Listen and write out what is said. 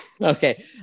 Okay